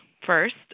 first